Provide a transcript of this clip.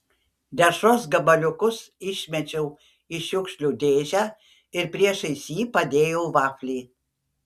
dešros gabaliukus išmečiau į šiukšlių dėžę ir priešais jį padėjau vaflį